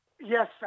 Yes